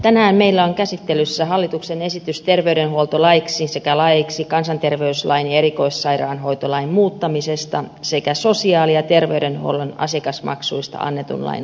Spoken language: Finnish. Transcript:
tänään meillä on käsittelyssä hallituksen esitys terveydenhuoltolaiksi sekä laeiksi kansanterveyslain ja erikoissairaanhoitolain muuttamisesta sekä sosiaali ja terveydenhuollon asiakasmaksuista annetun lain muuttamisesta